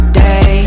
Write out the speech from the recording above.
day